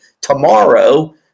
tomorrow